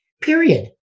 Period